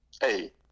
hey